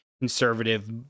conservative